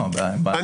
אני